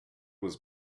was